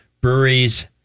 breweries